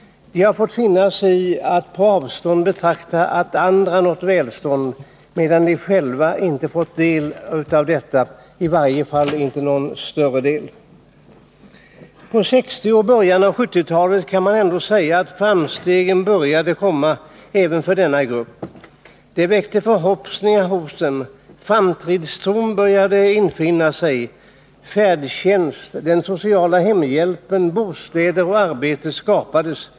De har fått finna sig i att på avstånd betrakta hur andra nått välstånd, medan de handikappade själva inte fått del av allt detta, i varje fall inte någon större del. På 1960-talet och i början av 1970-talet kan man ändå säga att framstegen började komma även för de handikappade. Det väckte förhoppningar hos denna grupp, framtidstron började infinna sig. Färdtjänsten och den sociala hemhjälpen skapades, bostäder och arbeten kom till.